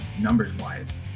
numbers-wise